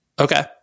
Okay